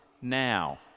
now